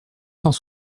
cent